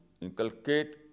inculcate